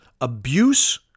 Abuse